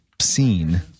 seen